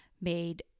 made